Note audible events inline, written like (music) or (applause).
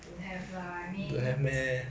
don't have lah I mean (noise)